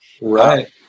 Right